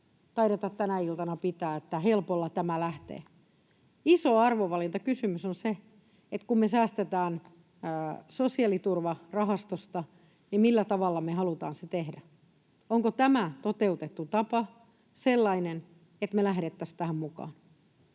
taideta tänä iltana pitää, että helpolla tämä lähtee. Iso arvovalintakysymys on se, että kun me säästetään sosiaaliturvarahastosta, niin millä tavalla me halutaan se tehdä. Onko tämä toteutettu tapa sellainen, että me lähdettäisiin tähän mukaan?